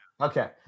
Okay